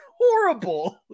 horrible